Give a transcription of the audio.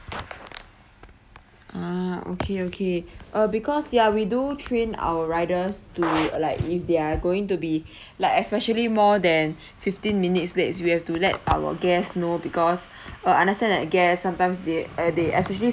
ah okay okay uh because ya we do train our riders to like if they're going to be like especially more than fifteen minutes late we have to let our guests know because uh I understand that guests sometimes they uh they especially